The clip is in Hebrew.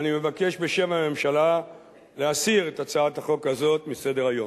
אני מבקש בשם הממשלה להסיר את הצעת החוק הזאת מסדר-היום.